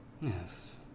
Yes